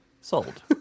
sold